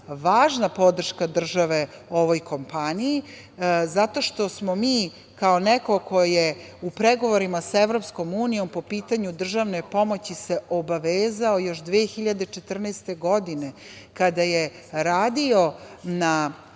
važna podrška države ovoj kompaniji, zato što smo mi kao neko ko je u pregovorima sa EU po pitanju državne pomoći se obavezao još 2014. godine, kada je radio na